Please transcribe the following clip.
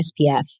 SPF